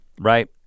Right